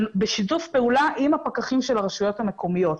בשיתוף פעולה עם הפקחים של הרשויות המקומיות.